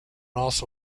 also